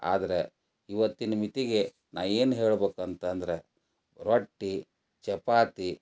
ಆದ್ರೆ ಈವತ್ತಿನ ಮಿತಿಗೆ ನಾನು ಏನು ಹೇಳ್ಬೇಕು ಅಂತಂದ್ರೆ ರೊಟ್ಟಿ ಚಪಾತಿ